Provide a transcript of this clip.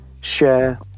share